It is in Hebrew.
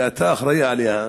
שאתה אחראי לה,